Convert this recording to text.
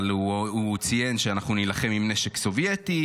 אבל הוא ציין שאנחנו נילחם עם נשק סובייטי,